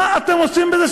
מה אתם עושים בזה?